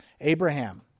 Abraham